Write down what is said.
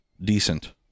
decent